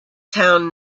town